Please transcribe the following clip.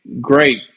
great